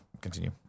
continue